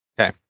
Okay